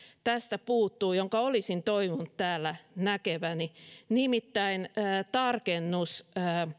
tästä puuttuu jonka olisin toivonut täällä näkeväni nimittäin tarkennus